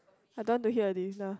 I don't want to hear already lah